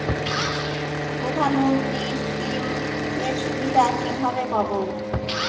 প্রধানমন্ত্রী স্কীম এর সুবিধা কিভাবে পাবো?